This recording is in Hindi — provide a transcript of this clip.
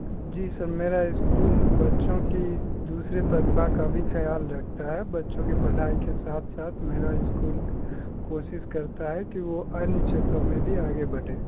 जी सर मेरा स्कूल बच्चों की दूसरी प्रतिभा का भी ख़याल रखता है बच्चों की पढ़ाई के साथ साथ मेरा स्कूल कोशिश करता है कि वो अन्य क्षेत्रों में भी आगे बढ़ें